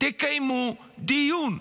תקיימו דיון.